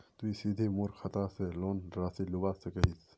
तुई सीधे मोर खाता से लोन राशि लुबा सकोहिस?